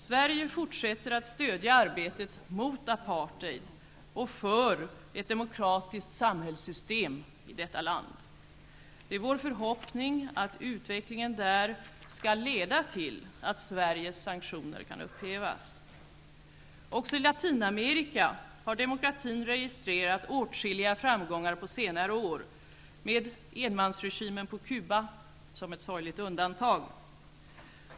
Sverige fortsätter att stödja arbetet mot apartheid och för ett demokratiskt samhällssystem i detta land. Det är vår förhoppning att utvecklingen där skall leda till att Sveriges sanktioner kan upphävas. Också i Latinamerika har demokratin registrerat åtskilliga framgångar på senare år med enmansregimen på Cuba som ett sorgligt undantag.